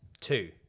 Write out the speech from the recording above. Two